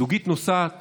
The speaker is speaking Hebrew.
"דוגית נוסעת